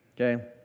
okay